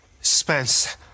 Spence